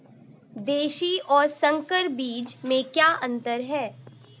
देशी और संकर बीज में क्या अंतर है?